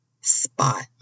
spot